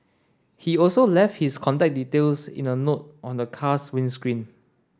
he also left his contact details in a note on the car's windscreen